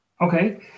Okay